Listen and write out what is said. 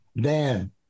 dan